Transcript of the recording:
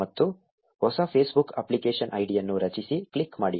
ಮತ್ತು ಹೊಸ Facebook application ಐಡಿಯನ್ನು ರಚಿಸಿ ಕ್ಲಿಕ್ ಮಾಡಿ